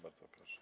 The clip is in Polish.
Bardzo proszę.